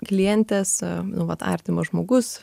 klientės nu vat artimas žmogus